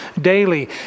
daily